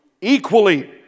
equally